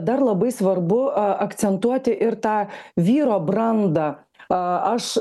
dar labai svarbu akcentuoti ir tą vyro brandą aš